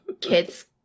kids